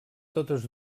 totes